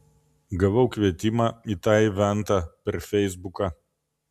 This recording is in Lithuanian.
gavau kvietimą į tą eventą per feisbuką